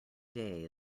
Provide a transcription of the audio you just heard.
day